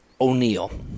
O'Neill